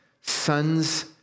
sons